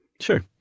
Sure